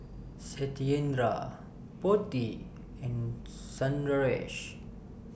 Satyendra Potti and Sundaresh